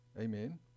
Amen